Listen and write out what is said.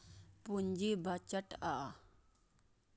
पूंजी बजट आ निवेश योजना मे शुद्ध वर्तमान मूल्यक उपयोग कैल जाइ छै